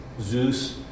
Zeus